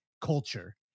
culture